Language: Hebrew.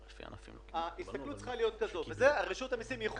מאוד מפתיע שבתוכנית הכלכלית שהוצגה אין שום